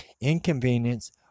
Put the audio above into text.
inconvenience